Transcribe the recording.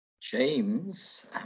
James